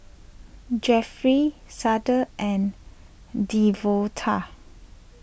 Jefferey Cade and Devonta